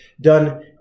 done